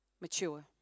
mature